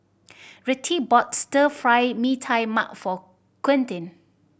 Rettie bought Stir Fry Mee Tai Mak for Quentin